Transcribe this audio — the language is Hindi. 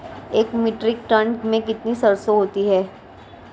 एक मीट्रिक टन में कितनी सरसों होती है?